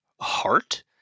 heart